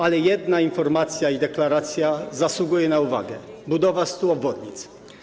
Ale jedna informacja i deklaracja zasługuje na uwagę - budowa 100 obwodnic.